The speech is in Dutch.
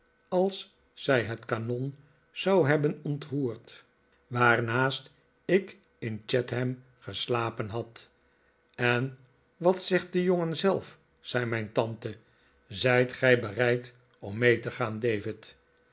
als zij het kanon zou hebben ontroerd waarnaast ik in chatham geslapen had en wat zegt de jongen zelf zei mijn tante zijt gij bereid om mee te gaan